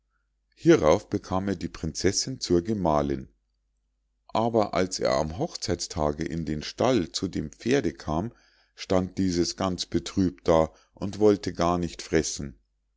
hierauf bekam er die prinzessinn zur gemahlinn aber als er am hochzeitstage in den stall zu dem pferd kam stand dieses ganz betrübt da und wollte gar nicht fressen